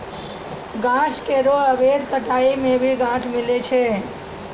गाछ केरो अवैध कटाई सें भी काठ मिलय छै